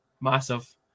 massive